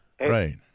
Right